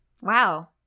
wow